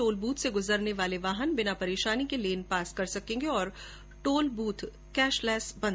toll booth से गुजरने वाले वाहन बिना परेशानी के लेन पास कर सके और टोल बूथ कैशलैश बने